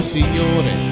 Signore